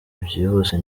byihuse